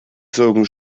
zogen